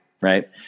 right